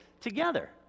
together